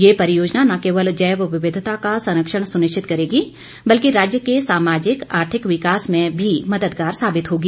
ये परियोजना न केवल जैव विविधता का संरक्षण सुनिश्चित करेगी बल्कि राज्य के सामाजिक आर्थिक विकास में भी मद्दगार साबित होगी